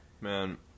Man